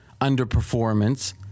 underperformance